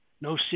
No